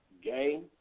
Gay